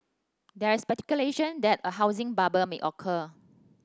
there is speculation that a housing bubble may occur